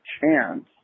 chance